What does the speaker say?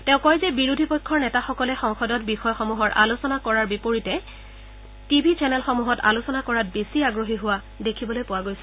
তেওঁ কয় যে বিৰোধী পক্ষৰ নেতাসকলে সংসদত বিষয়সমূহৰ আলোচনা কৰাৰ বিপৰীতে টি ভি চেনেলসমূহত আলোচনা কৰাত বেছি আগ্ৰহী হোৱা দেখিবলৈ পোৱা গৈছে